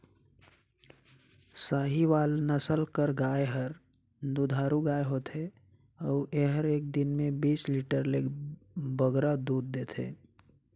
साहीवाल नसल कर गाय हर दुधारू गाय होथे अउ एहर एक दिन में बीस लीटर ले बगरा दूद देथे